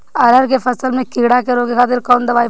अरहर के फसल में कीड़ा के रोके खातिर कौन दवाई पड़ी?